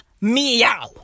Meow